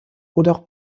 oder